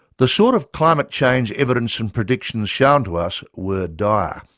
the sort of climate change evidence and predictions shown to us were dire.